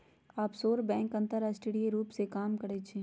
offshore bank अंतरराष्ट्रीय रूप से काम करइ छइ